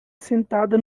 sentada